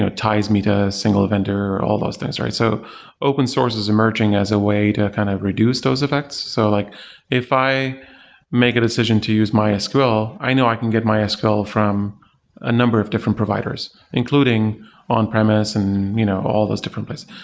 ties me to a single vendor, or all those things, right? so open source is emerging as a way to kind of reduce those effects. so like if i make a decision to use mysql, i know i can get mysql from a number of different providers, including on-premise and you know all those different places.